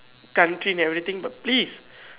country and everything but please